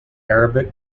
arabic